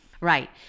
Right